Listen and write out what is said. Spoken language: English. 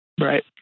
Right